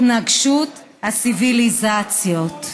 התנגשות הציוויליזציות.